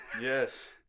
Yes